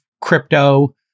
crypto